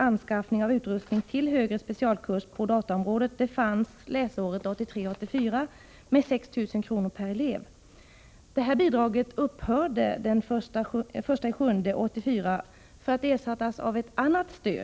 anordna högre specialkurser.